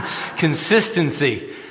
Consistency